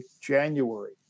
january